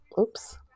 Oops